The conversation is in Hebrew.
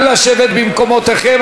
נא לשבת במקומותיכם,